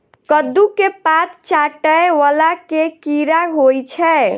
कद्दू केँ पात चाटय वला केँ कीड़ा होइ छै?